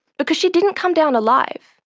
because she didn't come down alive.